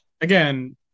Again